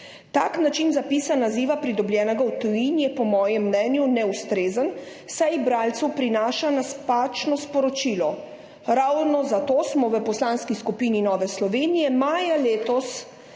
Tak način zapisa naziva, pridobljenega v tujini, je po mojem mnenju neustrezen, saj bralcu prinaša napačno sporočilo. Ravno zato smo v Poslanski skupini Nova Slovenija –